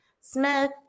Smith